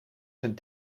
zijn